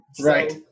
right